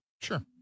Sure